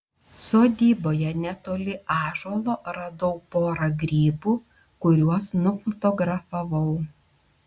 sodyboje netoli ąžuolo radau porą grybų kuriuos nufotografavau